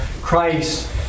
Christ